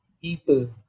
people